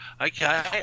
Okay